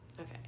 okay